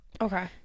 okay